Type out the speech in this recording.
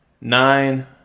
nine